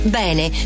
bene